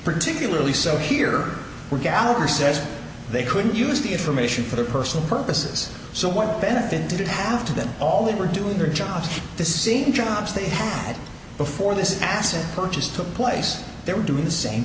particularly so here were gallagher says they couldn't use the information for their personal purposes so what benefit did it have to them all they were doing their jobs the same jobs they had before this asset purchase took place they were doing the same